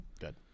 Good